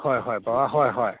ꯍꯣꯏ ꯍꯣꯏ ꯕꯕꯥ ꯍꯣꯏ ꯍꯣꯏ